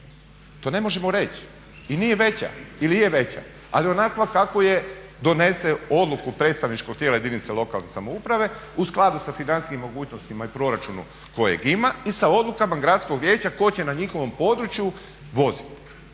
to ne možemo reći i nije veća ili je veća, ali onakva kakvu je donese odluku predstavničko tijelo jedinice lokalne samouprave u skladu sa financijskim mogućnostima i proračunu kojeg ima i sa odlukama gradskog vijeća tko će na njihovom području voziti,